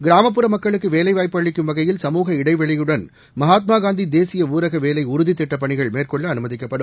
கிராமப்புற மக்களுக்கு வேலைவாய்ப்பு அளிக்கும் வகையில் சமூக இடைவெளியுடன் மகாத்மாகாந்தி தேசிய ஊரக வேலை உறுதி திட்டப் பணிகள் மேற்கொள்ள அனுமதிக்கப்படும்